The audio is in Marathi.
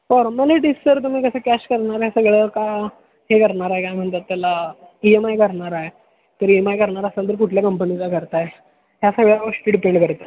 फॉर्मॅलिटीज सर तुम्ही कसं कॅश करणार आहे सगळं का हे करणार आहे काय म्हणतात त्याला ई एम आय करणार आहे तर ई एम आय करणार असाल तर कुठल्या कंपनीचा करत आहे ह्या सगळ्या गोष्टी डिपेंड करतात